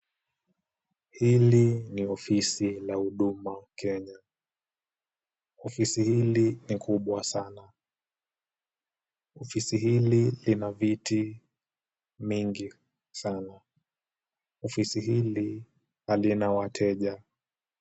Hili ni ofisi la huduma Kenya. Ofisi hili ni kubwa sana. Ofisi hili lina viti mingi sana. Ofisi hili halina wateja.